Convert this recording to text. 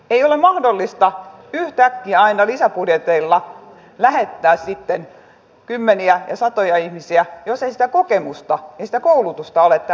ei ole mahdollista yhtäkkiä aina lisäbudjeteilla lähettää sitten kymmeniä ja satoja ihmisiä jos ei sitä kokemusta ja sitä koulutusta ole täällä säännöllisesti